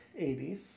80s